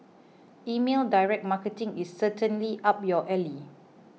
email direct marketing is certainly up your alley